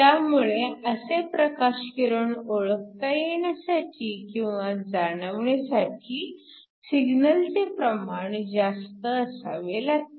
त्यामुळे असे प्रकाशकिरण ओळखता येण्यासाठी किंवा जाणवण्यासाठी सिग्नलचे प्रमाण जास्त असावे लागते